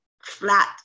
flat